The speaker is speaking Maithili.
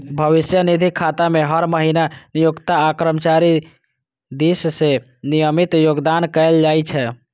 भविष्य निधि खाता मे हर महीना नियोक्ता आ कर्मचारी दिस सं नियमित योगदान कैल जाइ छै